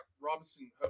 Robinson